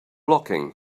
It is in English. blocking